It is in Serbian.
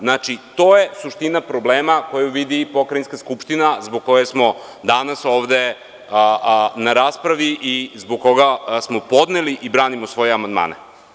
Znači, to je suština problema koju vidi Pokrajinska skupština zbog koje smo danas ovde na raspravi i zbog koga smo podneli i branimo svoje amandmane.